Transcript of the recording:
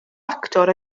actor